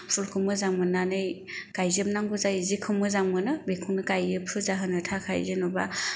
फुलखौ मोजां मोननानै गायजोबनांगौ जायो जेखौ मोजां मोनो बेखौनो गायो फुजा होनो थाखाय जेन'बा